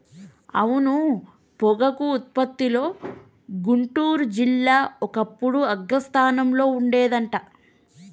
అవును పొగాకు ఉత్పత్తిలో గుంటూరు జిల్లా ఒకప్పుడు అగ్రస్థానంలో ఉండేది అంట